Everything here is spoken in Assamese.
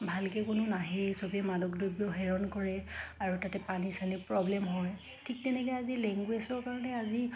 ভালকৈ কোনেও নাহেই চবেই মালক দ্ৰব্য সেৱন কৰে আৰু তাতে পানী চানিৰ প্ৰব্লেম হয় ঠিক তেনেকৈ আজি লেংগুৱেজৰ কাৰণে আজি